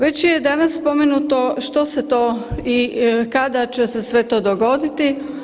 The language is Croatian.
Već je danas spomenuto što se to i kada će se sve to dogoditi.